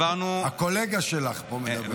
הקולגה שלך פה מדבר.